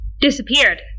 Disappeared